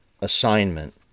assignment